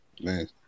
Man